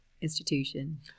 institution